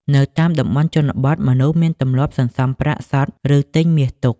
នៅតាមតំបន់ជនបទ មនុស្សមានទម្លាប់សន្សំប្រាក់សុទ្ធ ឬទិញមាសទុក។